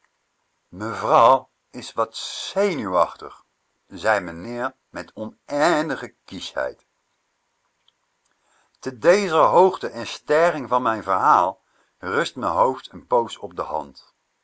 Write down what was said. vrouw is wat zenuwachtig zei meneer met oneindige kieschheid te dezer hoogte en stijging van mijn verhaal rust m'n hoofd n poos op de hand